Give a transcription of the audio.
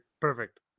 perfect